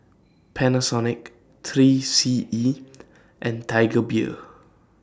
Panasonic three C E and Tiger Beer